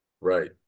Right